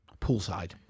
poolside